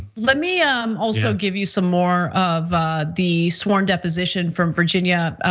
let me um also give you some more of the sworn deposition from virginia.